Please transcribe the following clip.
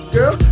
Girl